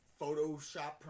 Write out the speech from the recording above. Photoshop